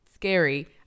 scary